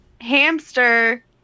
Hamster